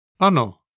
Ano